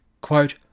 Quote